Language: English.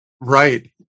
right